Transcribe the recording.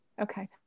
Okay